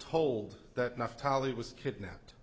naftali was kidnapped